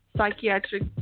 Psychiatric